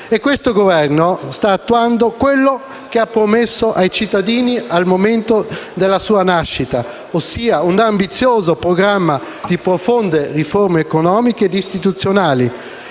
Questo Governo sta attuando quello che ha promesso ai cittadini al momento della sua nascita, ossia un ambizioso programma di profonde riforme economiche ed istituzionali.